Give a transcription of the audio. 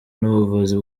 n’ubuvuzi